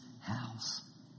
house